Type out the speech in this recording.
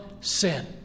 sin